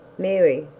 mary,